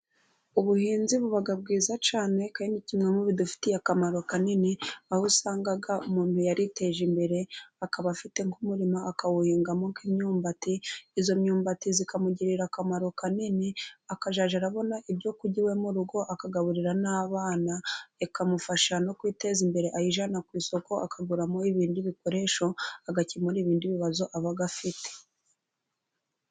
Ubuhinzi buba bwiza cyane kandi ni kimwe mu bidufitiye akamaro kanini, aho usanga umuntu yariteje imbere akaba afite nk'umurima akawuhingamo nk'imyumbati. Iyo myumbati ikamugirira akamaro kanini, akazaja arabona ibyo kurya iwe mu rugo, akagaburira n'abana. Bikamufasha no kwiteza imbere ayijana ku isoko, akaguramo ibindi bikoresho, agakemura ibindi bibazo aba afite.